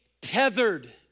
tethered